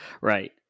right